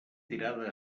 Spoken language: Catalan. tirada